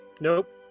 Nope